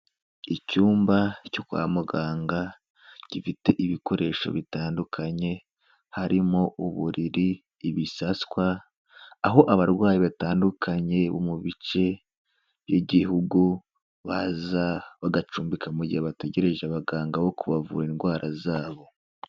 Icyumba cyo kwa muganga, gifite ibikoresho bitandukanye, harimo uburiri, ibisaswa, aho abarwayi batandukanye bo mu bice by'Igihugu, baza bagacumbika mu gihe bategereje abaganga bo kubavura indwara zabo.